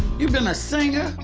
you been a singer,